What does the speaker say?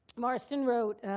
marston wrote